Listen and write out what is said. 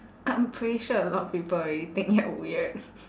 I'm pretty sure a lot of people already think you're weird